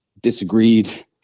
disagreed